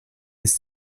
ist